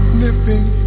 nipping